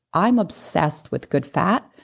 i'm obsessed with good fat,